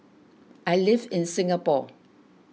I live in Singapore